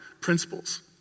principles